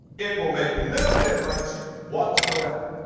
it will make no difference whatsoever.